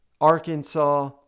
Arkansas